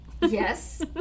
Yes